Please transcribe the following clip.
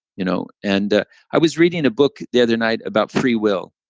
you know and ah i was reading a book the other night about free will,